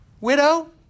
widow